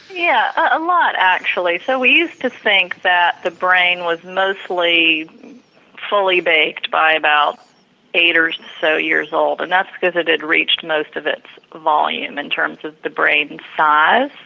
yeah, a lot actually. so, we used to think that the brain was mostly fully-baked by about eight years or so years old and that's because it it reached most of its volume in terms of the brain size.